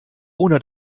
ohne